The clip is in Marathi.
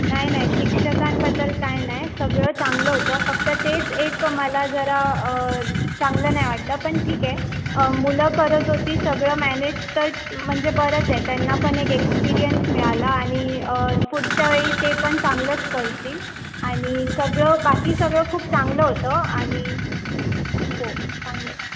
नाही नाही शिक्षकांबद्दल काय नाही सगळं चांगलं होतं फक्त तेच एक मला जरा चांगलं नाही वाटलं ण ठीक आहे मुलं करत होती सगळं मॅनेज तर म्हणजे बरंच आहे त्यांना पण एक एक्सपीरियन्स मिळाला आणि पुढच्या वेळी ते पण चांगलंच करतील आणि सगळं बाकी सगळं खूप चांगलं होतं आणि हो चांगलं